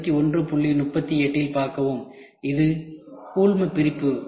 இது கூழ்மப்பிரிப்பு